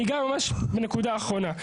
אני אגע ממש בנקודה אחרונה.